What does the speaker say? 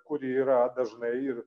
kuri yra dažnai ir